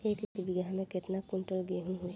एक बीगहा में केतना कुंटल गेहूं होई?